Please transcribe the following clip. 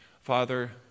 Father